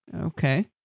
Okay